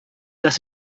dass